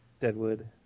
deadwood